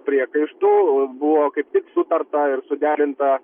priekaištų buvo kaip tik sutarta ir suderinta